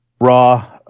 raw